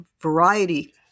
variety